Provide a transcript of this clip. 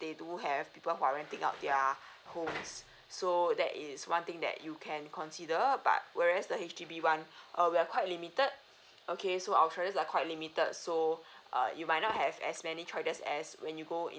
they do have people who are renting out their homes so that is one thing that you can consider but whereas the H_D_B one err we are quite limited okay so our traders are quite limited so err you might not have as many choices as when you go in